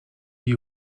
you